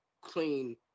clean